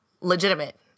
legitimate